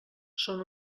són